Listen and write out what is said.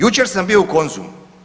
Jučer sam bio u Konzumu.